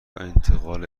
انتقال